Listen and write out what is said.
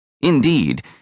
Indeed